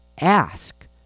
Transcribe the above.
ask